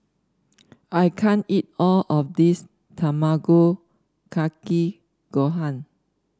I can't eat all of this Tamago Kake Gohan